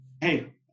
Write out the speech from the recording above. Hey